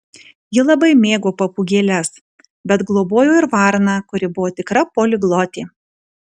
ji labai mėgo papūgėles bet globojo ir varną kuri buvo tikra poliglotė